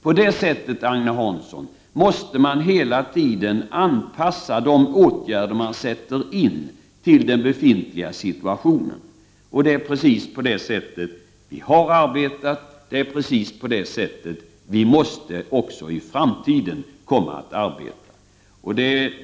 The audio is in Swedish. På det sättet, Agne Hansson, måste man hela tiden anpassa de åtgärder som sätts in till den befintliga situationen. Det är precis så vi har arbetat, och precis så måste vi också i framtiden arbeta.